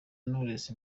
knowless